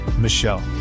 Michelle